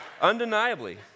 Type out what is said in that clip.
undeniably